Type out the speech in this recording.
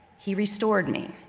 he restored me.